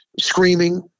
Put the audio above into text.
screaming